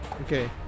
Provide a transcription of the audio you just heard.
Okay